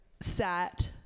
sat